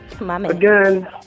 Again